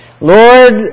Lord